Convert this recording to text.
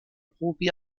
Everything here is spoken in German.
ruby